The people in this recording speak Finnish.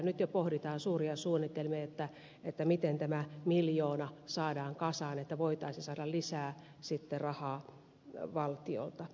nyt jo pohditaan suuria suunnitelmia miten tämä miljoona saadaan kasaan jotta voitaisiin saada sitten lisää rahaa valtiolta